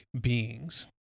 beings